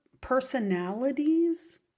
personalities